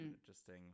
Interesting